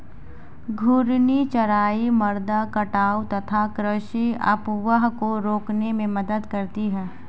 घूर्णी चराई मृदा कटाव तथा कृषि अपवाह को रोकने में मदद करती है